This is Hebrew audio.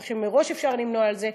כך שמראש אפשר למנוע את זה.